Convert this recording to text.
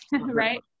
right